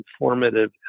informative